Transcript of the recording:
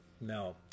No